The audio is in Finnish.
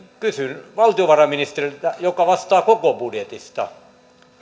kysyn valtiovarainministeriltä joka vastaa koko budjetista